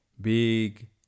big